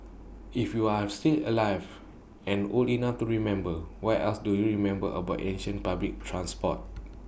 if you're still alive and old enough to remember what else do you remember about ancient public transport